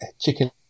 chicken